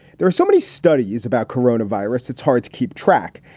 there are so many studies about corona virus, it's hard to keep track.